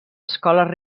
escoles